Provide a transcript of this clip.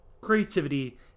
Creativity